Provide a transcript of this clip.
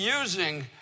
using